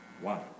one